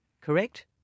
correct